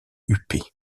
huppé